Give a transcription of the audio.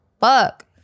fuck